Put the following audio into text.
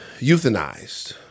euthanized